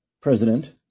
president